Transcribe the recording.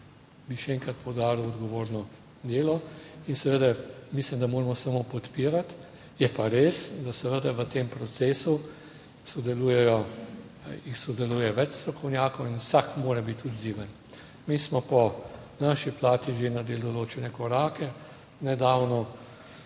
bi še enkrat poudaril, odgovorno delo in seveda mislim, da moramo samo podpirati. Je pa res, da seveda v tem procesu sodeluje več strokovnjakov in vsak mora biti odziven. Mi smo po naši plati že naredili določene korake. Nedavno